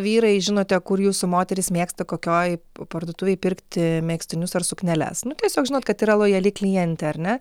vyrai žinote kur jūsų moterys mėgsta kokioj parduotuvėj pirkti megztinius ar sukneles nu tiesiog žinot kad yra lojali klientė ar ne